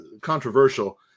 controversial